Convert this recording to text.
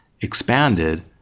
expanded